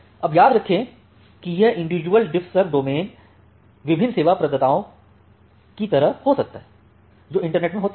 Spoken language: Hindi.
अब याद रखें कि यह इंडिविजुअल डिफ्फसर्व डोमेन विभिन्न सेवा प्रदाताओं की तरह हो सकता है जो इंटरनेट में होते हैं